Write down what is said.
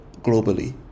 globally